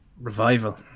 Revival